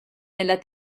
nella